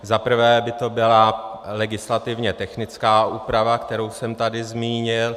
Zaprvé by to byla legislativně technická úprava, kterou jsem tady zmínil.